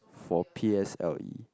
for p_s_l_e